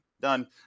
done